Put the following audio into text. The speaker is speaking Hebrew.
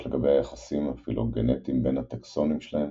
לגבי היחסים הפילוגנטיים בין הטקסונים שלהם